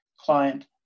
client